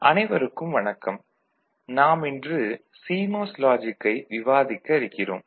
அனைவருக்கும் வணக்கம் நாம் இன்று சிமாஸ் லாஜிக்கை விவாதிக்க இருக்கிறோம்